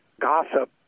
gossip